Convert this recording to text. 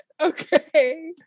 Okay